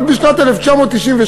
רק בשנת 1998,